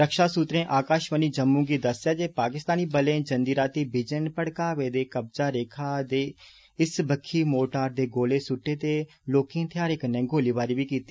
रक्षा सुत्तरें आकाषवाणी जम्मू गी दस्सेआ जे पाकिस्तानी बलें जंदी रातीं बिजन भड़कावे दे कब्ज़ा रेखा दे इस बक्खी मोर्टार दे गोले सुट्टे ते लौह्के थेह्ारें कन्नै गोलीबारी बी कीती